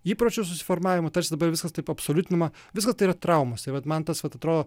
įpročių susiformavimo tarsi dabar visas taip absoliutinama viskas tai yra traumos ir vat man tas vat atrodo